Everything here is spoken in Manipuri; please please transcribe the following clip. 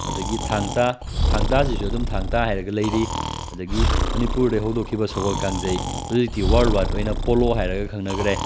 ꯑꯗꯨꯗꯒꯤ ꯊꯥꯡ ꯇꯥ ꯊꯥꯡ ꯇꯥ ꯁꯤꯁꯨ ꯑꯗꯨꯝ ꯊꯥꯡ ꯊꯥ ꯍꯥꯏꯔꯒ ꯂꯩꯔꯤ ꯑꯗꯨꯗꯒꯤ ꯃꯅꯤꯄꯨꯔꯗꯒꯤ ꯍꯧꯗꯣꯛꯈꯤꯕ ꯁꯒꯣꯜ ꯀꯥꯡꯖꯩ ꯍꯧꯖꯤꯛꯇꯤ ꯋꯥꯔꯜ ꯋꯥꯏꯠ ꯑꯣꯏꯅ ꯄꯣꯂꯣ ꯍꯥꯏꯔꯒ ꯈꯪꯅꯈ꯭ꯔꯦ